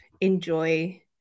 enjoy